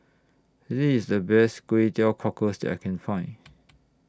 This IS The Best Kway Teow Cockles that I Can Find